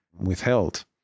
withheld